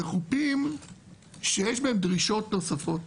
זה חופים שיש בהם דרישות נוספות